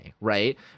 right